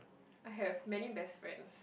I have many best friends